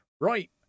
Right